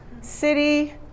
City